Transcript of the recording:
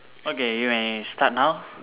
okay you may start now